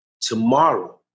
tomorrow